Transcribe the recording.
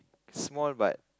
small but